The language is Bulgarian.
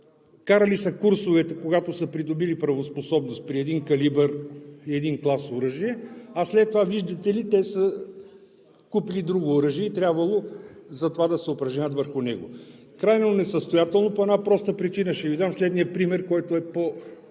карали курсовете, когато са придобили правоспособност при един калибър и един клас оръжие, а след това, виждате ли, те са купили друго оръжие и трябвало затова да се упражняват върху него. Крайно несъстоятелно по една проста причина. Ще Ви дам пример, който е